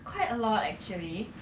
quite a lot actually